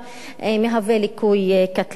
מהווה ליקוי קטלני.